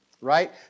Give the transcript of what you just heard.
right